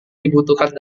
dibutuhkan